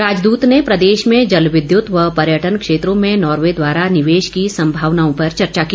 राजदूत ने प्रदेश में जलविद्युत व पर्यटन क्षेत्रों में नार्वे द्वारा निवेश की संभावनाओं पर चेर्चा की